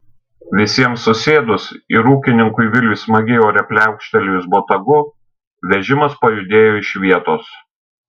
visiems susėdus ir ūkininkui viliui smagiai ore pliaukštelėjus botagu vežimas pajudėjo iš vietos